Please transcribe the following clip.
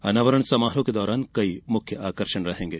अनावरण समारोह के दौरान कई मुख्य आकर्षण रहेंगे